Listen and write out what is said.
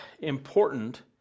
important